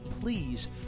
please